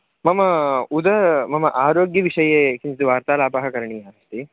मम उद मम आरोग्यविषये किञ्चित् वार्तालापः करणीयः अस्ति